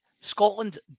Scotland